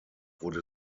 wurde